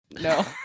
No